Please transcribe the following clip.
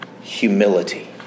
Humility